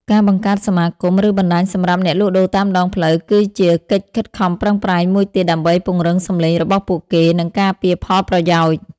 ការបង្កើតសមាគម ឬបណ្តាញសម្រាប់អ្នកលក់ដូរតាមដងផ្លូវ គឺជាកិច្ចខិតខំប្រឹងប្រែងមួយទៀតដើម្បីពង្រឹងសំឡេងរបស់ពួកគេ និងការពារផលប្រយោជន៍ ។